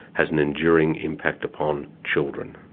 has an enduring impact upon children.